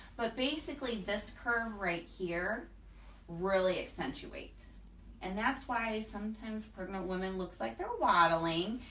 but basically this curve right here really accentuates and that's why sometimes pregnant women looks like they're waddling.